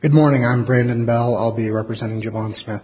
good morning i'm brandon bow i'll be representing john smith